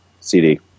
CD